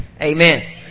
Amen